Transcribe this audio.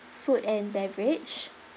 food and beverage